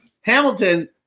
Hamilton